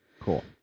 Cool